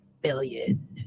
billion